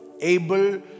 able